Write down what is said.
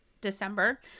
December